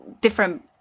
different